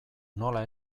nola